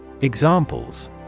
Examples